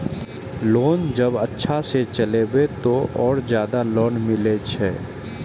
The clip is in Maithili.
लोन जब अच्छा से चलेबे तो और ज्यादा लोन मिले छै?